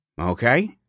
Okay